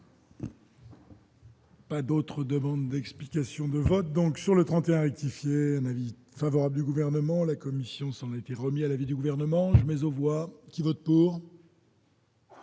Pas d'autres demandes d'explications de vote, donc sur le 31 rectifier un avis favorable du gouvernement, la Commission, semble-t-il, remis à l'avis du gouvernement, mais au voit qui vote pour.